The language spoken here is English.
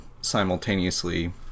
simultaneously